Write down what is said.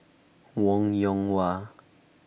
Wong Yoon Wah